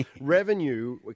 Revenue